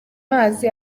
mazi